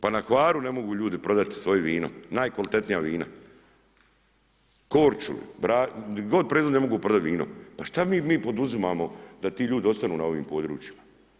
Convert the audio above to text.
Pa na Hvaru ne mogu ljudi prodati svoje vino, najkvalitetnija vina, Korčuli, ... ne mogu prodat vino, pa šta mi poduzimamo da ti ljudi ostanu na ovim područjima?